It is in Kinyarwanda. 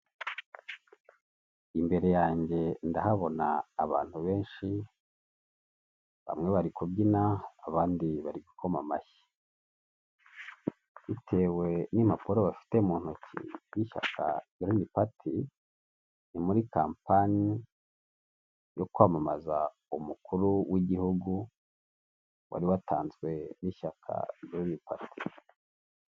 Imbere yanjye ndahabona abantu benshi, bamwe bari kubyina, abandi bari gukoma amashyi, bitewe n'impapuro bafite mu ntoki z'ishyaka green party, ni muri kampanyi yo kwamamaza umukuru w'igihugu wari watanzwe n'ishyaka green party.